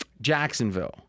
Jacksonville